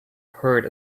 heard